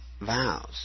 vows